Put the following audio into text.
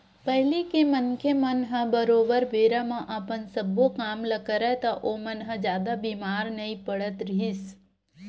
पहिली के मनखे मन ह बरोबर बेरा म अपन सब्बो काम ल करय ता ओमन ह जादा बीमार नइ पड़त रिहिस हे